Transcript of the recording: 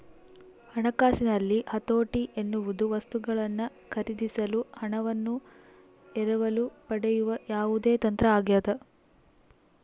ಹಣಕಾಸಿನಲ್ಲಿ ಹತೋಟಿ ಎನ್ನುವುದು ವಸ್ತುಗಳನ್ನು ಖರೀದಿಸಲು ಹಣವನ್ನು ಎರವಲು ಪಡೆಯುವ ಯಾವುದೇ ತಂತ್ರ ಆಗ್ಯದ